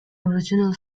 original